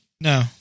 No